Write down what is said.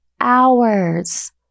hours